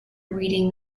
reading